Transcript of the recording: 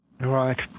right